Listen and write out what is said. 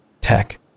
tech